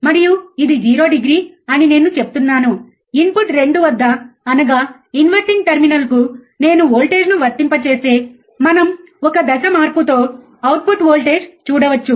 మరియు ఇది 0 డిగ్రీ అని నేను చెప్తున్నాను ఇన్పుట్ 2 వద్ద అనగా ఇన్వర్టింగ్ టెర్మినల్నుకు నేను వోల్టేజ్ను వర్తింపజేస్తే మనం ఒక దశ మార్పుతో అవుట్పుట్ వోల్టేజ్ చూడవచ్చు